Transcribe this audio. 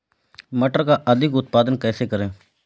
मटर का अधिक उत्पादन कैसे करें?